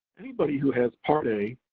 anybody who has part a,